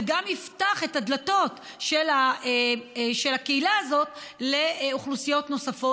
וגם יפתח את הדלתות של הקהילה הזאת לאוכלוסיות נוספות.